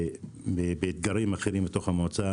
באתגרים אחרים בתוך המועצה,